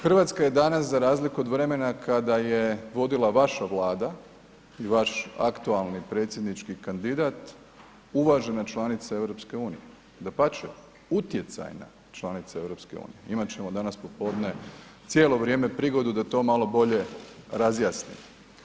Hrvatska je danas za razliku od vremena kada je vodila vaša vlada i vaš aktualni predsjednički kandidat uvažena članica EU, dapače utjecajna članica EU, imat ćemo danas popodne cijelo vrijeme prigodu da to malo bolje razjasnimo.